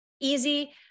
Easy